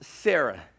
Sarah